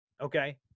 Okay